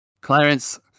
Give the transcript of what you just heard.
Clarence